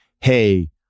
hey